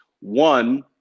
One